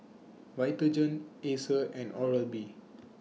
Vitagen Acer and Oral B